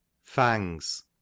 Fangs